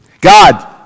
God